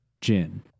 Jin